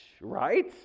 right